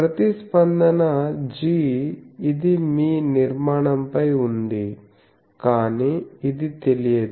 ప్రతిస్పందన g ఇది మీ నిర్మాణంపై ఉంది కానీ ఇది తెలియదు